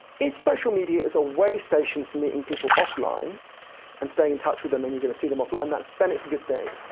if social media is a weigh station to meeting people offline and stay in touch with them, and you're gonna see them offline, then it's a good thing.